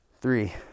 three